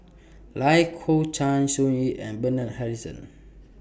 Lai Kew Chai Sun Yee and Bernard Harrison